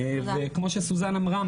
כמו שסוזן אמרה,